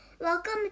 Welcome